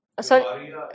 Sorry